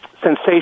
sensation